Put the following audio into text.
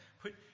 put